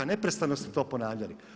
Neprestano ste to ponavljali.